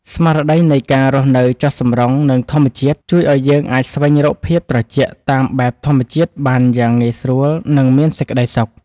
ស្មារតីនៃការរស់នៅចុះសម្រុងនឹងធម្មជាតិជួយឱ្យយើងអាចស្វែងរកភាពត្រជាក់តាមបែបធម្មជាតិបានយ៉ាងងាយស្រួលនិងមានសេចក្តីសុខ។